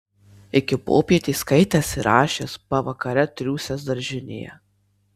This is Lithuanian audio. iki popietės skaitęs ir rašęs pavakare triūsęs daržinėje